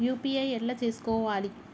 UPI ఎట్లా చేసుకోవాలి?